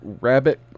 rabbit